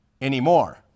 anymore